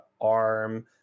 arm